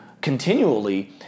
continually